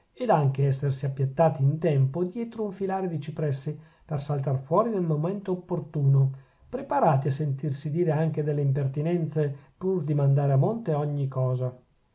ed anche essersi appiattati in tempo dietro un filare di cipressi per saltar fuori nel momento opportuno preparati a sentirsi dire anche delle impertinenze pur di mandare a monte ogni cosa